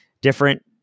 different